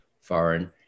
foreign